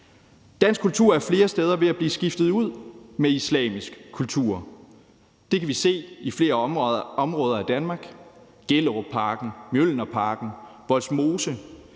Dansk kultur er flere steder ved at blive skiftet ud med islamisk kultur. Det kan vi se i flere områder af Danmark: Gellerupparken, Mjølnerparken og Vollsmose.